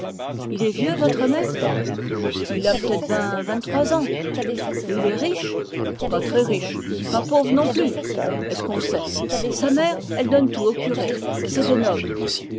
il est vieux votre maître il a pt êt ben vingt-trois ans et il est riche pas très riche pas pauvre non plus est-ce qu'on sait sa mère elle donne tout aux curés c'est des nobles